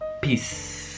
Peace